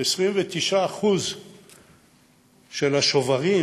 29% מהשוברים,